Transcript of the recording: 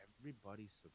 everybody's